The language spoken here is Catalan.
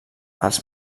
els